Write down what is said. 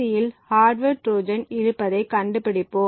யில் hardware trojan இருப்பதை கண்டுபிடிப்போம்